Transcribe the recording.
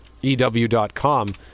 EW.com